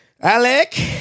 Alec